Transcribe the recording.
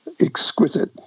exquisite